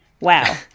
Wow